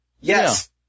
Yes